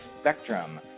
spectrum